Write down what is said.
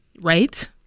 Right